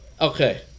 Okay